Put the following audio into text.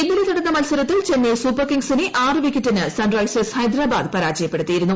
ഇന്നലെ നടന്ന മത്സരത്തിൽ ചെന്നൈ സൂപ്പർ കിങ്സിനെ ആറുവിക്കറ്റിന് സൺറൈസേഴ്സ് ഹൈദരാബാദ് പരാജയപ്പെടുത്തിയിരുന്നു